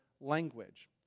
language